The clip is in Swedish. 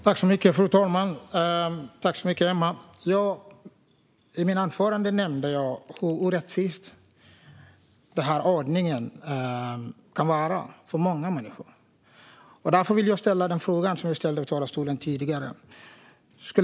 Fru talman! Jag nämnde i mitt anförande hur orättvis den här ordningen kan vara för många människor. Därför vill jag ställa samma fråga som jag tidigare ställde i talarstolen.